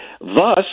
thus